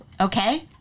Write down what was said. okay